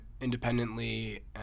independently